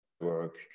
work